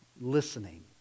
listening